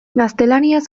gaztelaniaz